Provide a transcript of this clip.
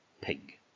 pig